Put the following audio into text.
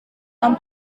tom